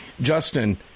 Justin